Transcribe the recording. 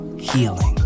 healing